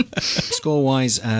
Score-wise